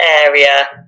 area